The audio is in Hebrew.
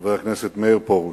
חבר הכנסת מאיר פרוש,